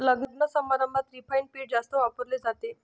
लग्नसमारंभात रिफाइंड पीठ जास्त वापरले जाते